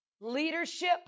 leadership